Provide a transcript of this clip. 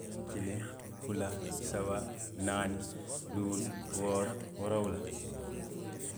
Kiliŋ, fula, saba, naani, luulu, wooro, woorowula